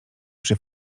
przy